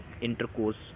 intercourse